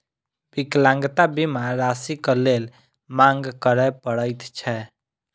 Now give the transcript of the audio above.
विकलांगता बीमा राशिक लेल मांग करय पड़ैत छै